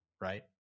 right